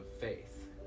faith